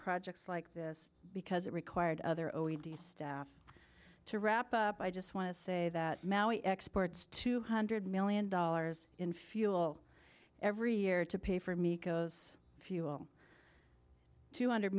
projects like this because it required other o e c d staff to wrap up i just want to say that maui exports two hundred million dollars in fuel every year to pay for me co's fuel two hundred